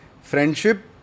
friendship